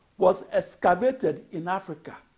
was excavated in africa